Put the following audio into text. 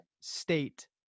state